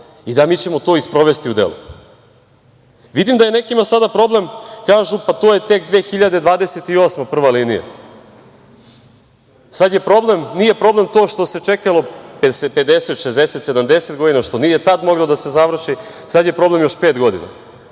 i da mi ćemo to i sprovesti u delo. Vidim da je nekima sada problem, kažu – pa to je tek 2028. prva linija. Sada je problem, nije problem to što se čekalo 50, 60, 70 godina, što nije tad mogla da se završi, sada je problem još pet godina. Iz